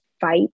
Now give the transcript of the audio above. fight